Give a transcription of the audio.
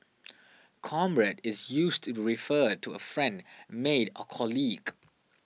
comrade is used to refer to a friend mate or colleague